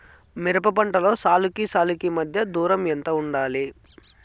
మిరప పంటలో సాలుకి సాలుకీ మధ్య దూరం ఎంత వుండాలి?